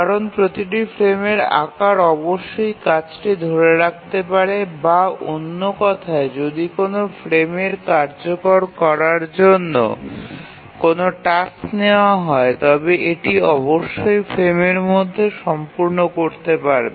কারণ প্রতিটি ফ্রেমের আকার অবশ্যই কাজটি ধরে রাখতে পারে বা অন্য কথায় যদি কোনও ফ্রেমে কার্যকর করার জন্য কোনও টাস্ক নেওয়া হয় তবে এটি অবশ্যই ফ্রেমের মধ্যে সম্পূর্ণ করতে পারবে